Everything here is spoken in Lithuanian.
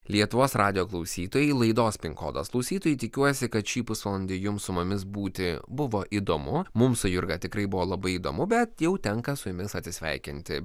lietuvos radijo klausytojai laidos pin kodas klausytojai tikiuosi kad šį pusvalandį jums su mumis būti buvo įdomu mums su jurga tikrai buvo labai įdomu bet jau tenka su jumis atsisveikinti